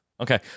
okay